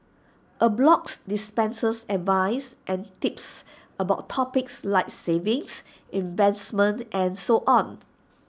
A blog dispenses advice and tips about topics like savings investment and so on